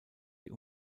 die